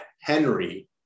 Henry